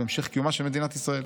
והמשך קיומה של מדינת ישראל.